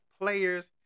players